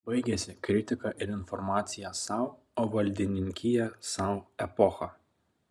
baigėsi kritika ir informacija sau o valdininkija sau epocha